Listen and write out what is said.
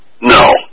No